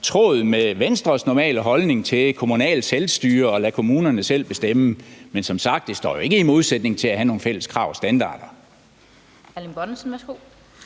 tråd med Venstres normale holdning til det kommunale selvstyre, altså at lade kommunerne selv bestemme. Men det står jo som sagt ikke i modsætning til at have nogle fælles krav og standarder.